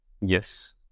Yes